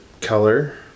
color